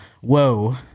Whoa